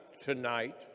tonight